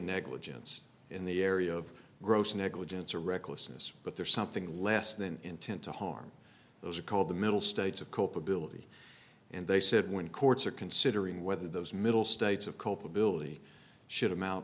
negligence in the area of gross negligence or recklessness but they're something less than intent to harm those are called the middle states of culpability and they said when courts are considering whether those middle states of culpability should amount